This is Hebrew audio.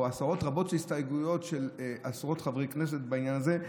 או עשרות רבות של הסתייגויות של עשרות חברי כנסת בעניין הזה,